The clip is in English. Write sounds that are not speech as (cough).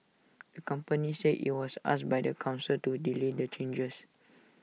(noise) the company said IT was asked by the Council to delay the changes